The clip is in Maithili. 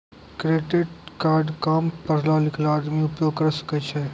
क्रेडिट कार्ड काम पढलो लिखलो आदमी उपयोग करे सकय छै?